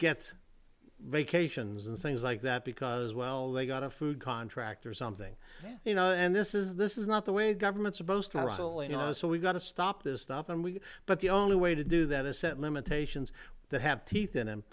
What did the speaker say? get vacations and things like that because well they got a food contractor something you know and this is this is not the way government supposed to really know so we've got to stop this stuff and we but the only way to do that is set limitations that have teeth in